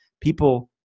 people